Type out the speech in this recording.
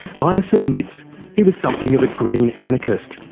lynas admits he was something of a green anarchist,